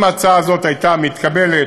אם ההצעה הזאת הייתה מתקבלת,